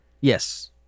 yes